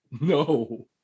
No